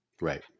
Right